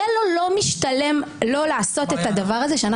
יהיה לו לא משתלם לעשות את הדבר הזה.